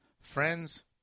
Friends